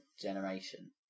generation